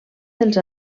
dels